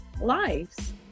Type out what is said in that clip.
lives